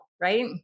right